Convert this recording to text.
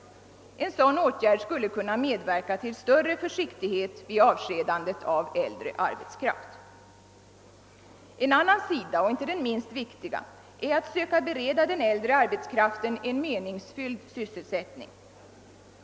En sådan åtgärd skulle kunna medverka till större försiktighet vid avskedandet av äldre arbetskraft. En annan sida — och inte den minst viktiga — är att söka bereda den äldre arbetskraften en meningsfylld sysselsättning.